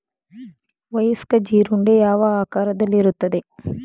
ವಯಸ್ಕ ಜೀರುಂಡೆ ಯಾವ ಆಕಾರದಲ್ಲಿರುತ್ತದೆ?